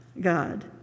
God